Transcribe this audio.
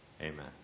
amen